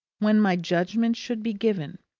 when my judgment should be given.